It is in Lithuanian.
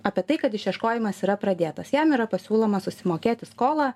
apie tai kad išieškojimas yra pradėtas jam yra pasiūloma susimokėti skolą